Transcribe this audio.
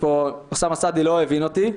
אוסאמה סעדי לא הבין אותי.